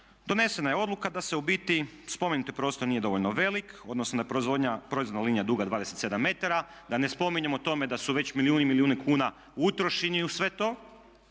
donesena je odluka da u biti spomenuti prostor nije dovoljno velik, odnosno da je proizvodna linija duga 27 metara, da ne spominjem o tome da su već milijuni i milijuni kuna utrošeni u sve to.